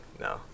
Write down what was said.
No